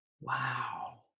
Wow